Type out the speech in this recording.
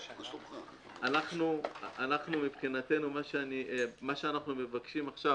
אנחנו מבחינתנו, מה שאנחנו מבקשים עכשיו